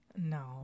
No